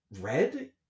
Red